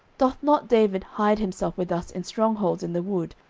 doth not david hide himself with us in strong holds in the wood,